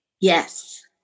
Yes